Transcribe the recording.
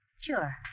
Sure